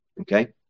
Okay